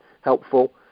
helpful